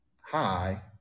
hi